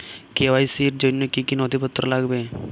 KYC র জন্য কি কি নথিপত্র লাগবে?